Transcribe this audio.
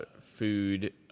food